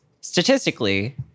Statistically